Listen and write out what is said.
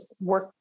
work